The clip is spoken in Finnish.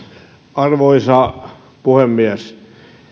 arvoisa puhemies